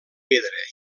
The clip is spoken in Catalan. pedra